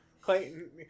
Clayton